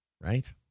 right